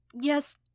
Yes